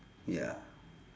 ya